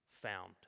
found